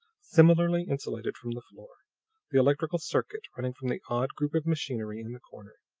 similarly insulated from the floor the electrical circuit running from the odd group of machinery in the corner,